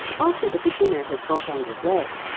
after the beginner has got under way,